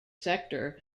sector